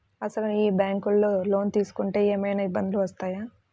అసలు ఈ బ్యాంక్లో లోన్ తీసుకుంటే ఏమయినా ఇబ్బందులు వస్తాయా?